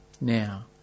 now